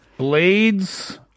Blades